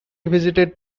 visited